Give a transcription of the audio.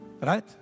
Right